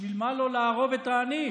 בשביל מה לו לארוב את העני?